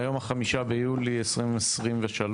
היום 5 ביולי 2023,